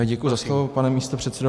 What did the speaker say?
Děkuji za slovo, pane místopředsedo.